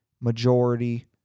majority